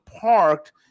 parked